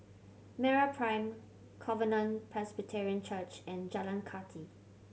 MeraPrime Covenant Presbyterian Church and Jalan Kathi